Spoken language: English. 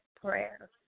prayer